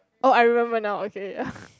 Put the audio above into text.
oh I remember now okay